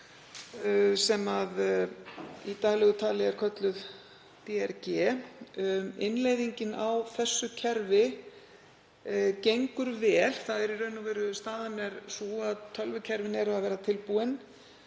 sem í daglegu tali er kallað DRG. Innleiðingin á þessu kerfi gengur vel. Staðan er í raun og veru sú að tölvukerfin eru að verða tilbúin